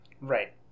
Right